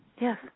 Yes